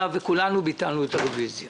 כולנו ביטלנו את הרביזיה